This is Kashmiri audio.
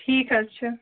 ٹھیٖک حظ چھُ